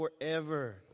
forever